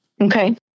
Okay